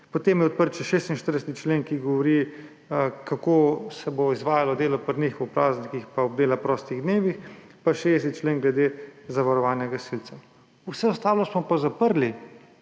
Potem je odprt še 46. člen, ki govori, kako se bo izvajalo delo pri njih ob praznikih pa ob dela prostih dnevih, pa 60. člen glede zavarovanja gasilcev. Vse ostalo smo pa zaprli,